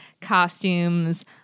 costumes